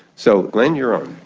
so glenn, you're on.